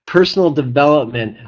personal development,